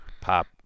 Pop